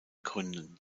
gründen